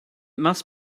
must